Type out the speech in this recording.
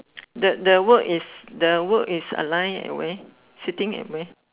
the the word is the word is align at where sitting at where